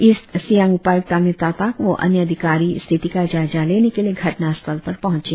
east Siang उपायुक्त तामियो तातक व अन्य अधिकारी स्थिति का जायजा लेने के लिए घटनास्थल पर पहुंचे